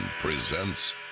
presents